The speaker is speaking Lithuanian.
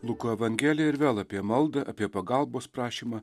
luko evangelija ir vėl apie maldą apie pagalbos prašymą